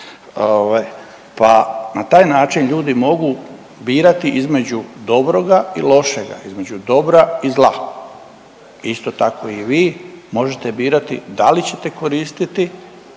pa na taj način ljudi mogu birati između dobroga i lošega, između dobra i zla, isto tako i vi možete birati da li ćete koristiti